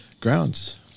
grounds